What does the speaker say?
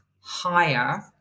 higher